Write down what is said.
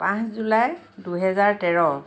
পাঁচ জুলাই দুহেজাৰ তেৰ